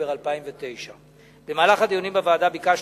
בספטמבר 2009. במהלך הדיונים בוועדה ביקשנו,